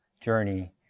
journey